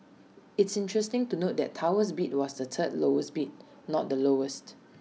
it's interesting to note that Tower's bid was the third lowest bid not the lowest